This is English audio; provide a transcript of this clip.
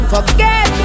Forget